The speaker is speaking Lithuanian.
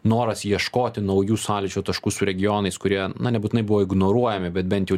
noras ieškoti naujų sąlyčio taškų su regionais kurie na nebūtinai buvo ignoruojami bet bent jų